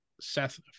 Seth